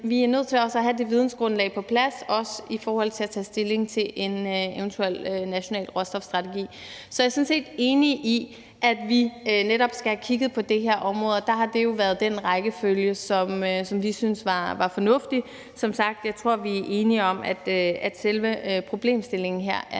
vi er nødt til at have vidensgrundlaget på plads – også i forhold til at tage stilling til en eventuel national råstofstrategi. Så jeg er sådan set enig i, at vi netop skal have kigget på det her område, og der har det jo været den rækkefølge, som vi syntes var fornuftig. Som sagt tror jeg, vi er enige om, at selve problemstillingen her er